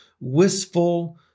Wistful